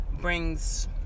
brings